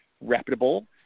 reputable